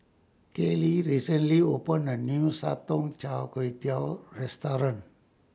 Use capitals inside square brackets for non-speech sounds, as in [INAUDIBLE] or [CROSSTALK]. Kayley recently opened A New Sotong Char Kway [UNINTELLIGIBLE] Restaurant